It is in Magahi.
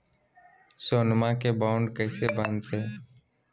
सोनमा के बॉन्ड कैसे बनते?